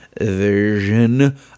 version